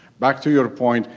back to your point,